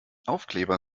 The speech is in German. aufkleber